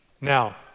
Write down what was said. Now